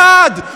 אחד,